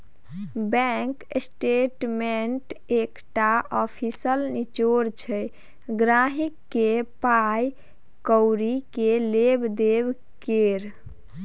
bank statement एकटा official निचोड़ छै गांहिकी केर पाइ कौड़ी केर लेब देब केर